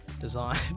design